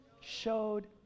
showed